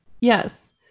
Yes